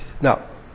Now